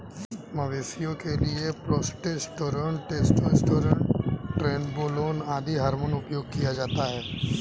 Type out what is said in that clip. मवेशियों के लिए प्रोजेस्टेरोन, टेस्टोस्टेरोन, ट्रेनबोलोन आदि हार्मोन उपयोग किया जाता है